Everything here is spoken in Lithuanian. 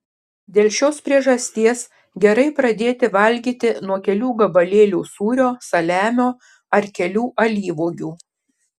dėl šios priežasties gerai pradėti valgyti nuo kelių gabalėlių sūrio saliamio ar kelių alyvuogių